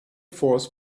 fourth